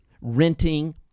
renting